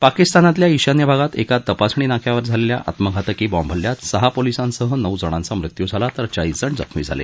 पाकिस्तानातल्या ईशान्य भागात एका तपासणी नाक्यावर झालेल्या आत्मघातकी बॅम्ब हल्ल्यात सहा पोलिसांसह नऊ जणांचा मृत्यू झाला तर चाळीस जण जखमी झाले